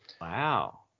Wow